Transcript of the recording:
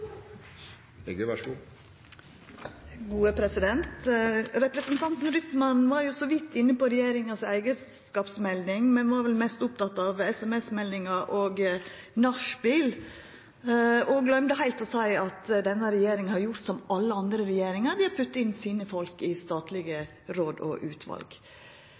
Rytman var så vidt inne på regjeringa si eigarskapsmelding, men var vel mest oppteken av SMS-meldingar og nachspiel, og han gløymde heilt å seia at denne regjeringa har gjort som alle andre regjeringar ved å putta inn sine folk i statlege råd og utval.